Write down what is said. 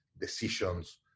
decisions